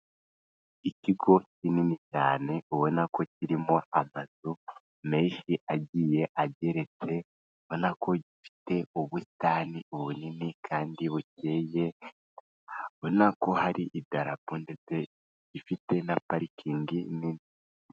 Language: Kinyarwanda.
Ikigo kinini cyane, ubona ko kirimo amazu menshi agiye ageretse, ubona ko gifite ubusitani bunini kandi bukeye, ubona ko hari idarapo ndetse ifite na parikingi nini.